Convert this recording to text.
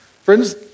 Friends